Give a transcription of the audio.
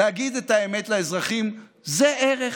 להגיד את האמת לאזרחים זה ערך.